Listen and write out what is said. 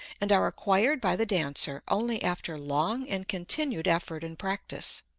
and are acquired by the dancer only after long and continued effort and practice.